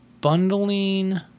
bundling